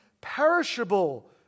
perishable